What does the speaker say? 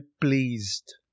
pleased